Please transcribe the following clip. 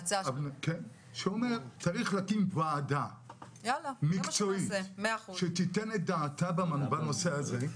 שאומר שצריך להקים ועדה מקצועית שתיתן את דעתה בנושא הזה.